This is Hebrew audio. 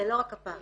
זה לא רק הפחד.